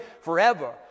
forever